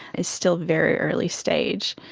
is still very early stage.